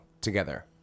together